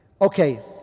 Okay